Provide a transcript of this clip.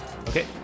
Okay